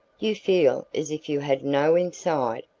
you feel as if you had no inside,